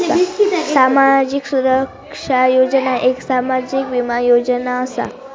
सामाजिक सुरक्षा योजना एक सामाजिक बीमा योजना असा